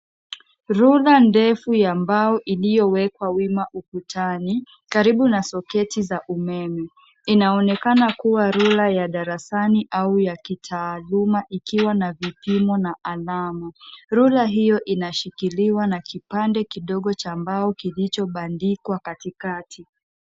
Rula ndefu ya mbao iliyo wekwa wima ukutani karibu na soketi za umeme, inaonekana kuwa rula ya darasani au ya kitaaluma ikiwa na vipimo na alama, rula hiyo inashikiliwa nakipande kidogo cha mbao kilicho bandikwa katikati.